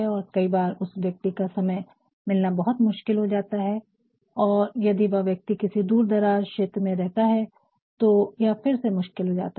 और कई बार उस व्यक्ति का समय मिलना बहुत मुश्किल हो जाता है और यदि वह व्यक्ति किसी बहुत दूर दराज में रहता है तो यह फिर से मुश्किल हो जाता है